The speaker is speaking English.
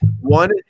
One